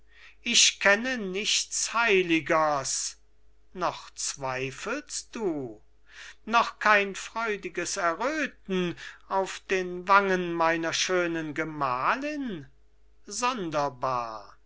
eide ich kenne nichts heiligeres noch zweifelst du noch kein freudiges erröthen auf den wangen meiner schönen gemahlin sonderbar